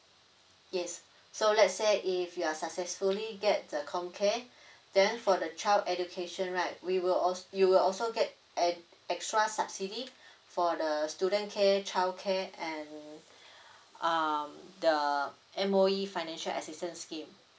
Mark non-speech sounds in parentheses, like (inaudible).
yes so let's say if you're successfully get the comcare then for the child education right we will als~ you will also get an extra subsidy for the student care childcare and (breath) um the M_O_E financial assistance scheme